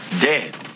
Dead